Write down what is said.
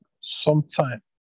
Sometime